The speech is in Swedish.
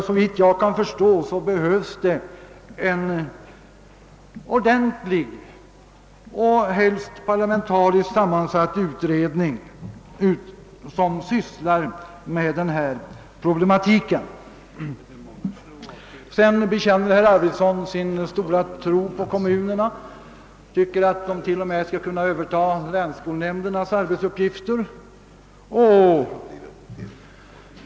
Såvitt jag förstår behövs en parlamentariskt sammansatt utredning, som får syssla med denna problematik. Herr Arvidson bekände sin stora tro på kommunerna och anser att de till och med skall kunna överta länsskolnämndernas arbetsuppgifter.